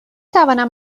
توانم